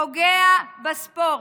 פוגעת בספורט.